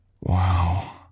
wow